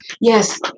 Yes